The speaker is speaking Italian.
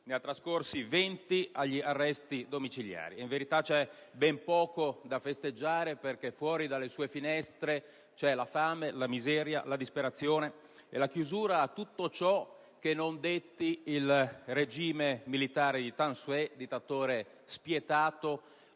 quali trascorsi agli arresti domiciliari. In verità, c'è ben poco da festeggiare perché fuori dalle sue finestre c'è la fame, la miseria, la disperazione e la chiusura a tutto ciò che non detti il regime militare di Than Shwe, dittatore spietato,